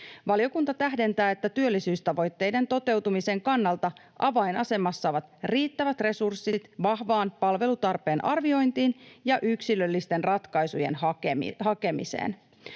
Valiokunta tähdentää, että työllisyystavoitteiden toteutumisen kannalta avainasemassa ovat riittävät resurssit vahvaan palvelutarpeen arviointiin ja yksilöllisten ratkaisujen hakemiseen.